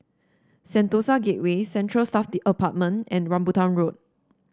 Sentosa Gateway Central Staff Apartment and Rambutan Road